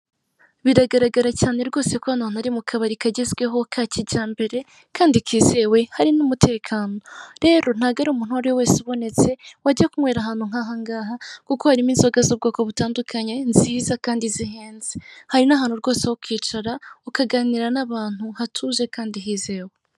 Biragaragara cyane rwose ko hano hantu ari mu kabari kagezweho ka kijyambere kandi kizewe hari n'umutekano, rero ntabwo ari umuntu uwo ari we wese ubonetse wajya kunywera ahantu nk'aha ngaha kuko harimo inzoga z'ubwoko butandukanye nziza kandi zihenze, hari n'ahantu rwose ho kwicara ukaganira n'abantu, hatuje kandi hizewe.